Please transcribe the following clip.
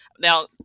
Now